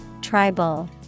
Tribal